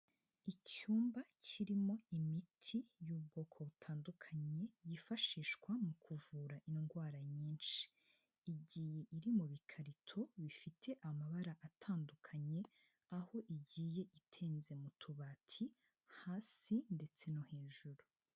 Icyumba kirimo imiti y'ubwoko butandukanye yifashishwa mu kuvura indwara nyinshi, igiye iri mu bikarito bifite amabara atandukanye aho igiye itonze mu tubati hasi ndetse no hejuru.